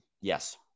Yes